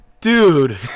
Dude